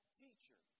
teacher